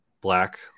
black